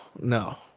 no